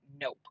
nope